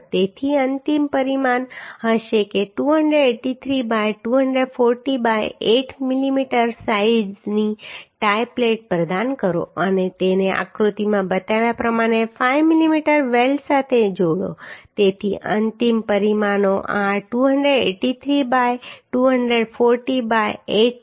તેથી અંતિમ પરિમાણ હશે 283 બાય 240 બાય 8 મિલીમીટર સાઇઝની ટાઇ પ્લેટ પ્રદાન કરો અને તેને આકૃતિમાં બતાવ્યા પ્રમાણે 5 મિમી વેલ્ડ સાથે જોડો તેથી અંતિમ પરિમાણો આ 283 બાય 240 બાય 8 છે